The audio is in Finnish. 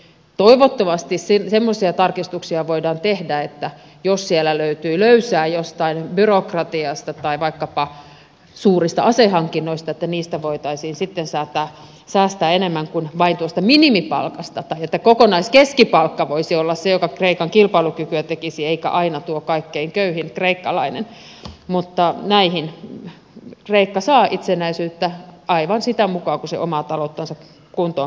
toivottavasti semmoisia tarkistuksia voidaan tehdä että jos siellä löytyy löysää jostain byrokratiasta tai vaikkapa suurista asehankinnoista niistä voitaisiin sitten säästää enemmän kuin vain tuosta minimipalkasta tai kokonaiskeskipalkka voisi olla se joka kreikan kilpailukykyä tekisi eikä aina tuo kaikkein köyhin kreikkalainen mutta näihin kreikka saa itsenäisyyttä aivan sitä mukaa kuin se omaa talouttansa kuntoon panee